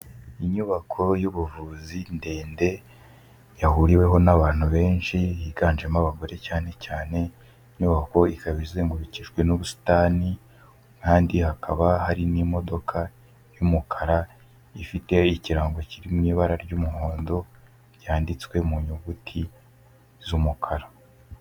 Inyubako y'ubuvuzi ndende, yahuriweho n'abantu benshi yiganjemo abagore cyane cyane, inyubako ikaba izengurukijwe n'ubusitani kandi hakaba hari n'imodoka y'umukara ifite ikirango kiri mu ibara ry'umuhondo, byanditswe mu nyuguti z'umukara.